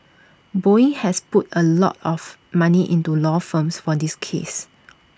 boeing has put A lot of money into law firms for this case